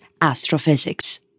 astrophysics